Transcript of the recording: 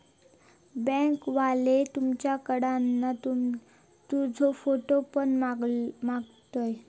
bank वाले तुझ्याकडना तुजो फोटो पण मागतले